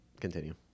continue